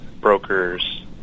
brokers